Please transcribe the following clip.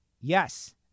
Yes